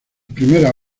primeras